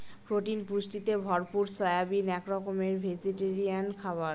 protein পুষ্টিতে ভরপুর soybean এক রকমের ভেজিটেরিয়ান খাবার